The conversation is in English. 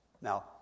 Now